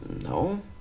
no